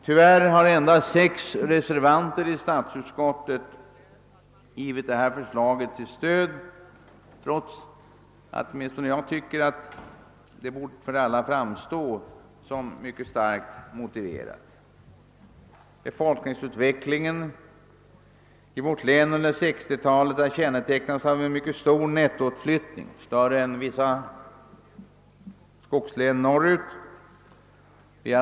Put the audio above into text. Tyvärr har endast sex reservanter i statsutskottet givit detta förslag sitt stöd, trots att förslaget — åtminstone enligt min uppfattning — för alla borde framstå som mycket starkt motiverat. Befolkningsutvecklingen i vårt län har under 1960-talet kännetecknats av en mycket stor nettoutflyttning — större än i vissa skogslän norrut.